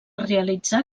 realitzar